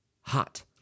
hot